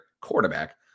quarterback